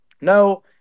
no